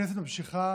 הכנסת ממשיכה